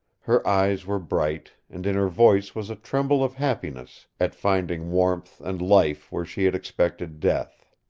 her eyes were bright, and in her voice was a tremble of happiness at finding warmth and life where she had expected death.